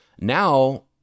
Now